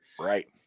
Right